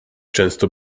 często